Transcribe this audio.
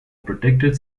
protected